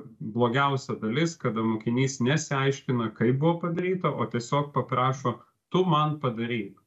blogiausia dalis kada mokinys nesiaiškina kaip buvo padaryta o tiesiog paprašo tu man padaryk